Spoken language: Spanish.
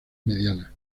mediana